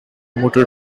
promoted